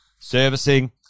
servicing